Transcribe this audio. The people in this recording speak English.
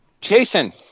Jason